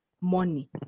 money